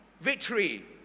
victory